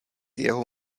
jeho